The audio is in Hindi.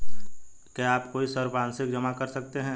क्या आप कोई संपार्श्विक जमा कर सकते हैं?